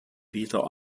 wieder